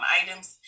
items